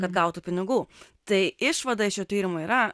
kad gautų pinigų tai išvadą iš šio tyrimo yra